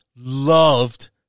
loved